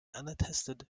unattested